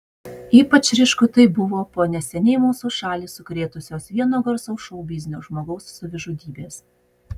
ypač ryšku tai buvo po neseniai mūsų šalį sukrėtusios vieno garsaus šou biznio žmogaus savižudybės